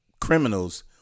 criminals